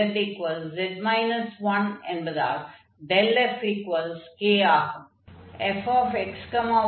fxyzz 1 என்பதால் ∇fk ஆகும்